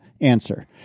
answer